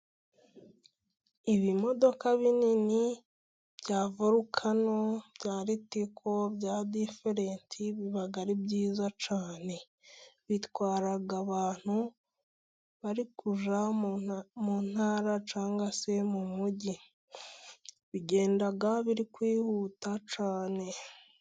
Ibimodoka binini bya Vorukano ,bya Ritiko bya Diferenti biba ari byiza cyane, bitwara abantu bari kujya mu ntara cyangwa se mu mujyi, bigenda biri kwihuta cyane.